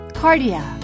cardia